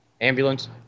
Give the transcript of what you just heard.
Ambulance